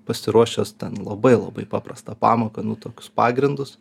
pasiruošęs ten labai labai paprastą pamoką nu tokius pagrindus